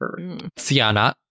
Siana